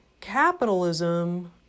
capitalism